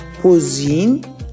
cuisine